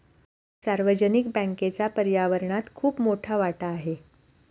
सार्वजनिक बँकेचा पर्यावरणात खूप मोठा वाटा आहे